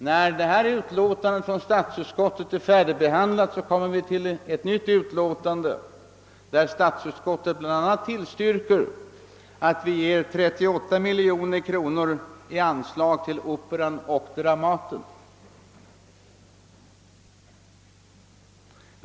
När detta utlåtande från statsutskottet är färdigbehandlat kommer vi till ett annat utlåtande där statsutskottet bl.a. tillstyrker att vi ger 38 miljoner kronor i anslag till Operan och Dramaten.